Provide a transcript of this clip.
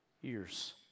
years